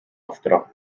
ostro